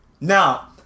now